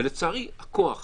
ולצערי, הכוח